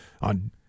on